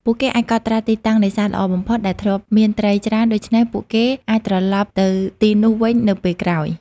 ពួកគេអាចកត់ត្រាទីតាំងនេសាទល្អបំផុត ដែលធ្លាប់មានត្រីច្រើន ដូច្នេះពួកគេអាចត្រឡប់ទៅទីនោះវិញនៅពេលក្រោយ។